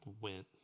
went